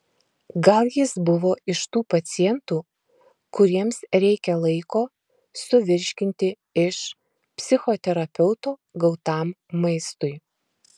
gal jis buvo iš tų pacientų kuriems reikia laiko suvirškinti iš psichoterapeuto gautam maistui